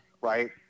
right